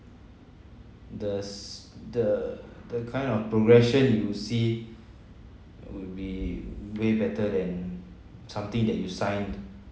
does the the kind of progression you see would be way better than something that you signed